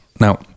Now